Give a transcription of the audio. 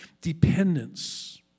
dependence